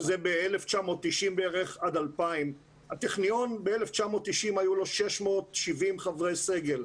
שזה ב-1990 בערך עד 2000. לטכניון ב-1990 היו 670 חברי סגל,